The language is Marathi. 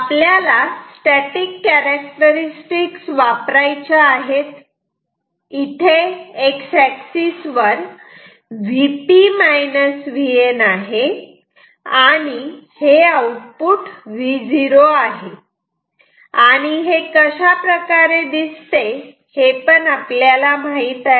आपल्याला स्टॅटिक कॅरेक्टरस्टिक्स वापरायच्या आहेत इथे X एक्सिस वर आहे आणि हे आउटपुट Vo आहे आणि हे अशा प्रकारे दिसते हे आपल्याला माहीत आहे